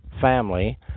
family